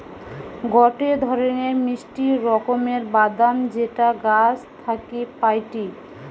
গটে ধরণের মিষ্টি রকমের বাদাম যেটা গাছ থাকি পাইটি